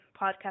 podcast